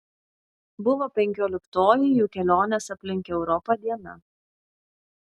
buvo penkioliktoji jų kelionės aplink europą diena